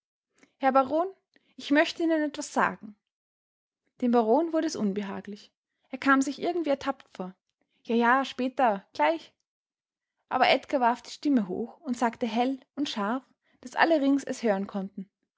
herr baron ich möchte ihnen etwas sagen dem baron wurde es unbehaglich er kam sich irgendwie ertappt vor ja ja später gleich aber edgar warf die stimme hoch und sagte hell und scharf daß alle rings es hören konnten